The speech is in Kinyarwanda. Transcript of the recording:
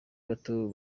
bato